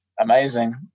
amazing